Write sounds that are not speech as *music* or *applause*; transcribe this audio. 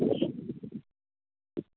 *unintelligible*